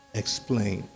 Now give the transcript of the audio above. explain